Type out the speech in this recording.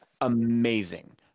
amazing